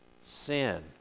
sin